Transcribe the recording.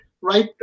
right